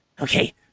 okay